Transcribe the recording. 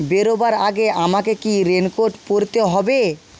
বেরোবার আগে আমাকে কি রেনকোট পরতে হবে